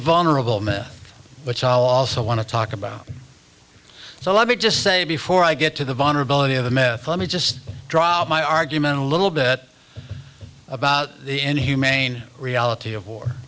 vulnerable moment which i'll also want to talk about so let me just say before i get to the vulnerability of the myth let me just drop my argument a little bit about the inhumane reality of war